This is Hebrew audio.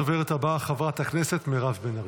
הדוברת הבאה, חברת הכנסת מירב בן ארי.